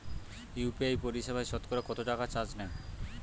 UPI পরিসেবায় সতকরা কতটাকা চার্জ নেয়?